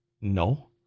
No